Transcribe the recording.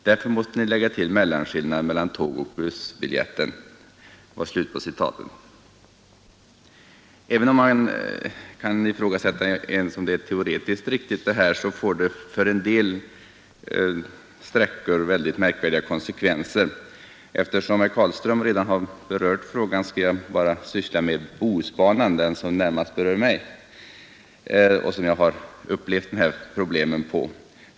Därför måste Ni lägga till mellanskillnaden mellan tågoch bussbiljetten”. Man kan ifrågasätta om detta ens är teoretiskt riktigt, och det får för en del sträckor mycket märkvärdiga konsekvenser. Eftersom herr Carlström redan har berört frågan, skall jag bara syssla med Bohusbanan, som närmast berör mig och som jag har upplevt dessa problem på.